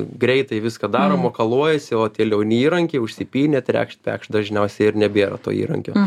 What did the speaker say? greitai viską daro makaluojasi o tie liauni įrankiai užsipynė trekšt pekšt dažniausiai ir nebėra to įrankio